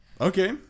Okay